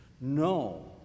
No